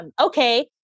okay